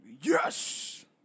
Yes